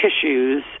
tissues